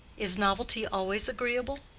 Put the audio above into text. is novelty always agreeable?